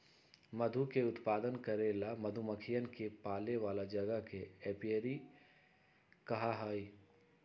मधु के उत्पादन करे ला मधुमक्खियन के पाले वाला जगह के एपियरी कहा हई